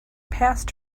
passed